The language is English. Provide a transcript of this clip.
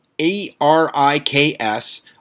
A-R-I-K-S